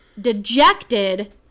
Dejected